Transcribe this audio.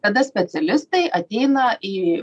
tada specialistai ateina į